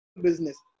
business